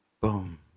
boom